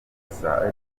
gusa